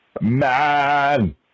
man